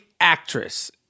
actress